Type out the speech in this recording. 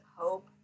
hope